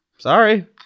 Sorry